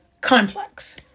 complex